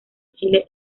chile